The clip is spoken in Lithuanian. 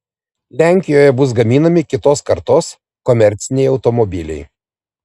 lenkijoje bus gaminami kitos kartos komerciniai automobiliai